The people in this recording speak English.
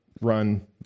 run